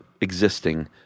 existing